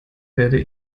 werde